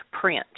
Print